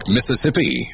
Mississippi